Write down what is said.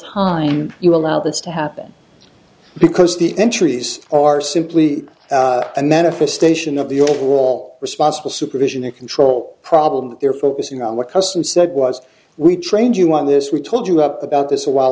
time you allow this to happen because the entries are simply a manifestation of the overall responsible supervision and control problem they're focusing on what custom said was we trained you want this we told you up about this a while